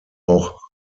auch